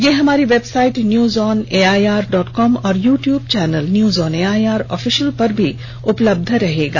यह हमारी website news on AIR dot com और YouTube channel news on AIR official पर भी उपलब्ध रहेगा